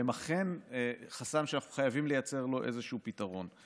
הם אכן חסם שאנחנו חייבים לייצר לו איזשהו פתרון.